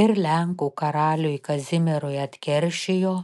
ir lenkų karaliui kazimierui atkeršijo